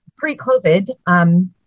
Pre-COVID